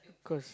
cause